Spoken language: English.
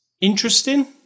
interesting